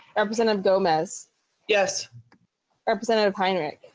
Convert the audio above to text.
representative gomez yes representative climate.